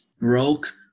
broke